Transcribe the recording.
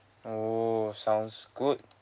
oo sounds good